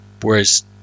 Whereas